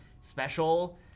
special